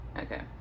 Okay